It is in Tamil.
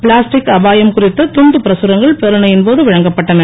பிளாஸ்டிக் அபாயம் குறித்த துண்டு பிரகரங்கள் பேரணியின் போது வழங்கப்பட்டன